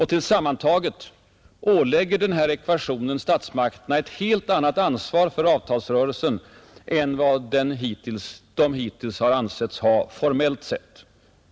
Tillsammantaget ålägger denna ekvation statsmakterna ett helt annat ansvar för avtalsrörelsen än de hittills formellt ansetts ha.